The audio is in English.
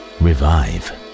revive